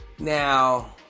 Now